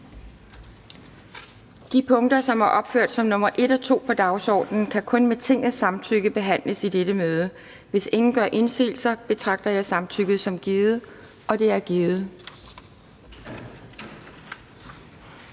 De punkter, som er opført som nr. 1 og 2 på dagsordenen, kan kun med Tingets samtykke behandles i dette møde. Hvis ingen gør indsigelse, betragter jeg samtykket som givet. Det er givet.